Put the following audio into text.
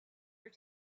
were